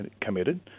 committed